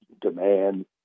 demand